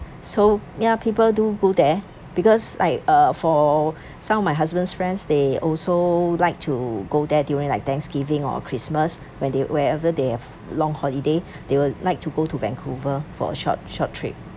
so ya people do go there because like uh for some of my husband's friends they also like to go there during like thanksgiving or christmas when they whenever they have long holiday they will like to go to vancouver for a short short trip